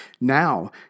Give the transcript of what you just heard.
Now